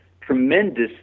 tremendous